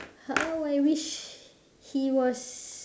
how I wish he was